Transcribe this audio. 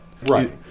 Right